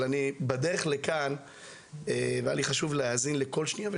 בדרך לכאן היה לי חשוב להאזין לכל שנייה,